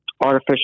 Artificial